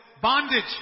bondage